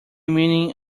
meaning